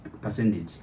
percentage